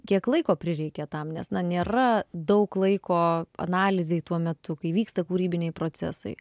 kiek laiko prireikė tam nes na nėra daug laiko analizei tuo metu kai vyksta kūrybiniai procesai